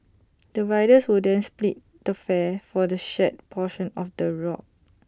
the riders will then split the fare for the shared portion of the rock